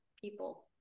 people